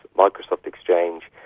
microsoft exchange,